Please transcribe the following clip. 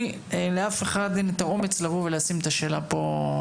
לאף אחד אין את האומץ לבוא ולשים את השאלה פה,